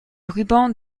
rubans